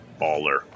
Baller